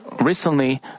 recently